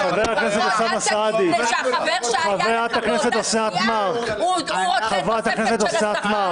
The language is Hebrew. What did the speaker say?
לפחות אל תגיד שהחבר שהיה לך מאותה סיעה רוצה תוספת של השכר,